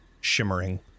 shimmering